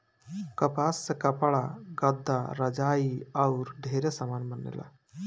कपास से कपड़ा, गद्दा, रजाई आउर ढेरे समान बनेला